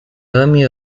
ame